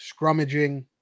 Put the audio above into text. scrummaging